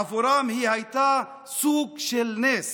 עבורם היא הייתה סוג של נס,